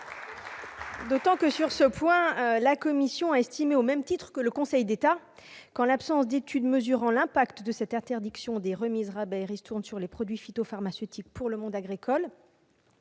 d'autant que, sur ce point, la commission a estimé, au même titre que le Conseil d'État, que, en l'absence d'étude mesurant l'impact de l'interdiction des remises, rabais et ristournes sur les produits phytopharmaceutiques pour le monde agricole,